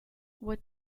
what